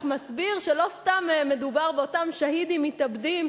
מסביר שלא סתם מדובר באותם שהידים מתאבדים,